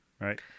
Right